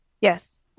Yes